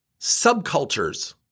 subcultures